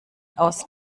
aus